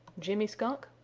jimmy skunk,